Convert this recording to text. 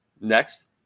Next